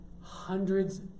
hundreds